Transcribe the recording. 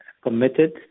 committed